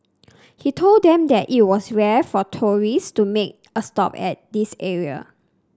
he told them that it was rare for tourist to make a stop at this area